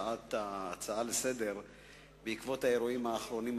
ההצעה לסדר-היום בעקבות האירועים האחרונים,